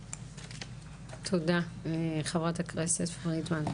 תודה, חברת הכנסת פרידמן.